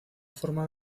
forma